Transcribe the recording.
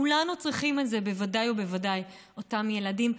כולנו צריכים את זה, בוודאי ובוודאי אותם ילדים.